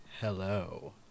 hello